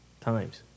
Times